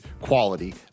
quality